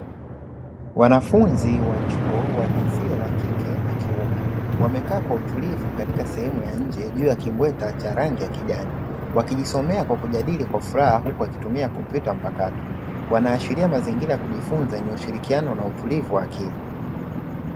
Wanafunzi wa chuo wa jinsia ya kike na kiume wamekaa kwa utulivu katika sehemu ya nje juu ya kimbweta cha rangi ya kijani, wakijosomea kwakujadili kwa furaha huku wakitumia kompyuta mpakato, wanaashiria mazingira ya kujifunza ni ya ushirikiano na utulivu wa akili.